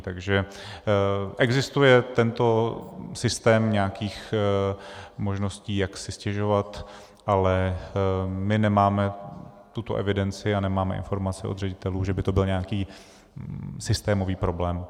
Takže existuje tento systém nějakých možností, jak si stěžovat, ale my nemáme tuto evidenci a nemáme informace od ředitelů, že by to byl nějaký systémový problém.